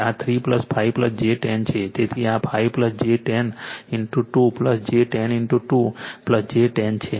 આ 3 5 j 10 તેથી આ 5 j 10 2 j 10 2 j 10 છે